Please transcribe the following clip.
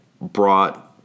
brought